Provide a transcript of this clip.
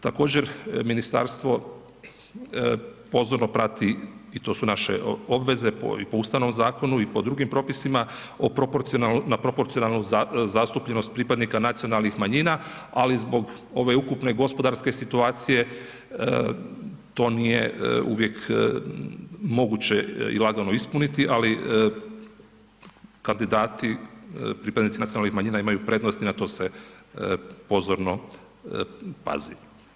Također ministarstvo pozorno prati i to su naše obveze po ustavnom zakonu i po drugim propisima, na proporcionalnu zastupljenost pripadnika nacionalnih manjina, ali zbog ove ukupne gospodarske situacije, to nije uvijek moguće i lagano ispuniti, ali kandidati, pripadnici nacionalnih manjina imaju prednost i na to se pozorno pazi.